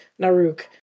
Naruk